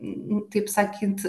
kaip sakyt